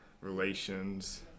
relations